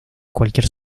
cualquier